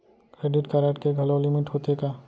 Credit card के घलव limit होथे का?